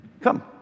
Come